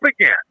again